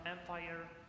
Empire